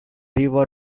river